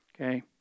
Okay